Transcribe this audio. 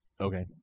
okay